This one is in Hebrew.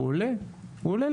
הוא עולה לאט.